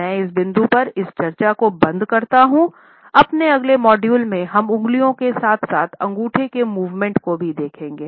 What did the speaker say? मैं इस बिंदु पर इस चर्चा को बंद करता हूँ अपने अगले मॉड्यूल में हम उंगलियों के साथ साथ अँगूठे के मूवमेंट को भी देखेंगे